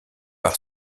par